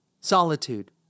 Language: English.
Solitude